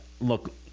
look